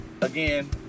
Again